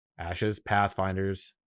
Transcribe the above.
ashespathfinders